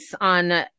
on